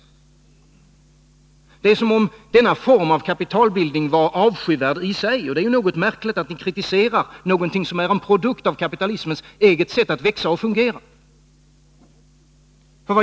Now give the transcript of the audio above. Det är som om denna form av kapitalbildning vore avskyvärd i sig. Det är märkligt att ni kritiserar någonting som är en produkt av kapitalismens eget sätt att växa och fungera.